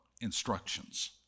instructions